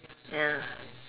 ya